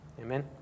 Amen